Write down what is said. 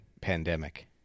pandemic